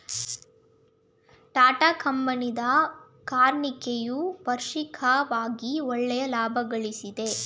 ಟಾಟಾ ಕಬ್ಬಿಣದ ಕಾರ್ಖನೆಯು ವಾರ್ಷಿಕವಾಗಿ ಒಳ್ಳೆಯ ಲಾಭಗಳಿಸ್ತಿದೆ